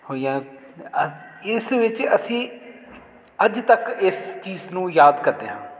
ਹੋਈਆਂ ਅਸ ਇਸ ਵਿੱਚ ਅਸੀਂ ਅੱਜ ਤੱਕ ਇਸ ਚੀਜ਼ ਨੂੰ ਯਾਦ ਕਰਦੇ ਹਾਂ